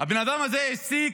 הבן אדם הזה העסיק